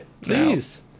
Please